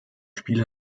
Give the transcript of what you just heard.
spiel